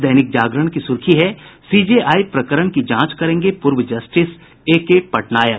दैनिक जागरण की सुर्खी है सीजेआई प्रकरण की जांच करेंगे पूर्व जस्टिस एके पटनायक